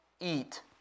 eat